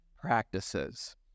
practices